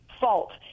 fault